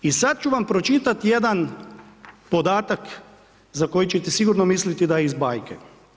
I sad ću vam pročitati jedan podatak, za kojega ćete sigurno misliti da je iz bajke.